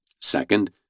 Second